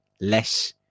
less